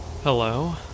Hello